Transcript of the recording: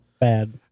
bad